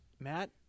Matt